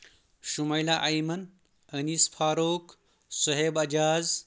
Shumaila Aiman Anees Farooq Suhaib Ijaz